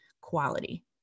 quality